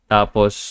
Tapos